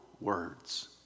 words